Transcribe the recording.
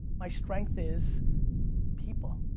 my strength is people.